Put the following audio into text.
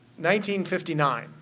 1959